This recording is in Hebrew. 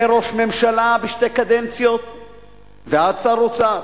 מראש ממשלה בשתי קדנציות ועד שר אוצר.